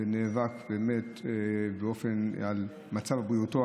נאבק על מצב בריאותו,